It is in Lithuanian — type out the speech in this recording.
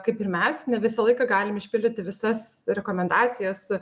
kaip ir mes ne visą laiką galim išpildyti visas rekomendacijas